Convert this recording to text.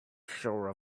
sure